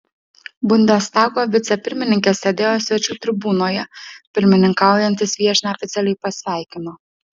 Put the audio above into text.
bundestago vicepirmininkė sėdėjo svečių tribūnoje pirmininkaujantis viešnią oficialiai pasveikino